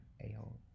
a-hole